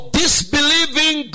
disbelieving